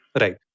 Right